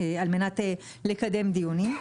על מנת לקדם דיונים.